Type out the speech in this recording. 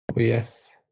yes